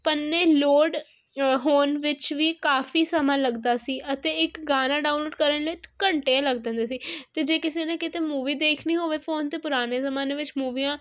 ਪੰਨੇ ਲੋਡ ਹੋਣ ਵਿੱਚ ਵੀ ਕਾਫ਼ੀ ਸਮਾਂ ਲੱਗਦਾ ਸੀ ਅਤੇ ਇੱਕ ਗਾਣਾ ਡਾਊਨਲੋਡ ਕਰਨ ਲਈ ਤ ਘੰਟੇ ਲੱਗਦੇ ਹੁੰਦੇ ਸੀ ਅਤੇ ਜੇ ਕਿਸੇ ਦੇ ਕਿਤੇ ਮੂਵੀ ਦੇਖਣੀ ਹੋਵੇ ਫੋਨ 'ਤੇ ਪੁਰਾਣੇ ਜ਼ਮਾਨੇ ਵਿੱਚ ਮੂਵੀਆਂ